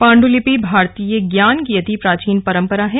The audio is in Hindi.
पांडुलिपि भारतीय ज्ञान की अति प्राचीन परंपरा है